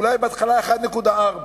ואולי בהתחלה 1.4,